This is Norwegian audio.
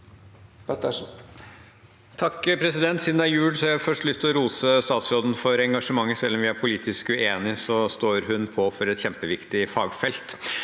(H) Siden det er jul, har jeg først lyst til å rose statsråden for engasjementet. Selv om vi er politisk uenig, så står hun på for et kjempeviktig fagfelt.